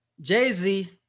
Jay-Z